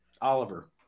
Oliver